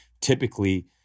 typically